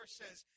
says